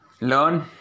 learn